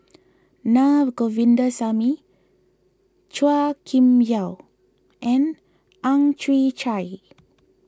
Na Govindasamy Chua Kim Yeow and Ang Chwee Chai